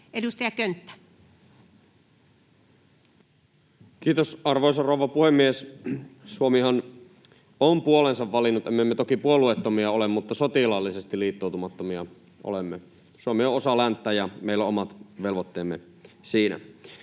Edustaja Könttä. Kiitos, arvoisa rouva puhemies! Suomihan on puolensa valinnut, emme me toki puolueettomia ole, mutta sotilaallisesti liittoutumattomia olemme. Suomi on osa länttä, ja meillä on omat velvoitteemme siinä.